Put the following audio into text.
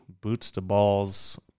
boots-to-balls